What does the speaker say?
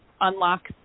unlock